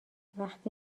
وقتی